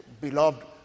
beloved